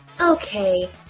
Okay